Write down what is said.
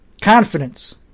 confidence